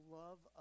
love